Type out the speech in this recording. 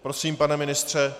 Prosím, pane ministře.